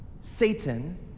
Satan